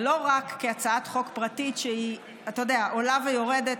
ולא רק בהצעת חוק פרטית שעולה ויורדת,